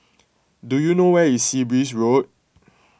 do you know where is Sea Breeze Road